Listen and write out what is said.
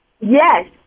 Yes